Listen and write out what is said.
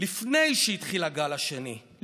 לפני שהתחיל הגל השני,